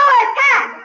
attack